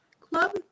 club